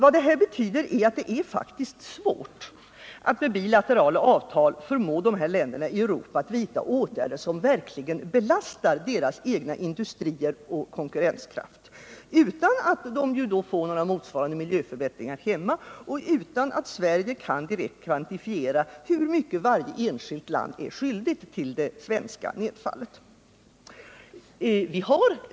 Detta betyder att det faktiskt är svårt att med bilaterala avtal förmå dessa länder i Europa att vidta åtgärder, som verkligen belastar deras egna industrier och konkurrenskraft utan att de får några motsvarande miljöförbättringar hemma och utan att Sverige kan direkt kvantifiera hur mycket varje enskilt land är skyldigt till svavelnedfallet över Sverige.